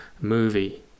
movie